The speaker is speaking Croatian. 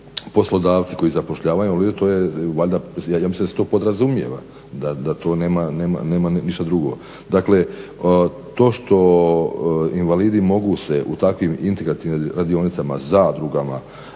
poslodavci koji zapošljavaju ali ja mislim da se to podrazumijeva da to nema ništa drugo. Dakle, to što invalidi mogu se u takvim integrativnim radionicama, zadrugama